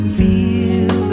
feel